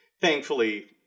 thankfully